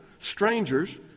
strangers